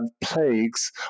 plagues